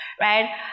right